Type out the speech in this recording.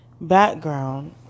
background